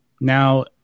now